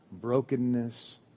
brokenness